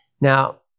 now